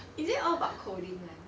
is it all about coding [one]